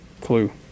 clue